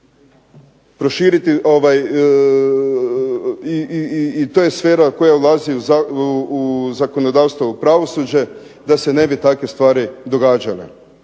proširiti, i to je sfera koja ulazi u zakonodavstvo, u pravosuđe, da se ne bi takve stvari događale.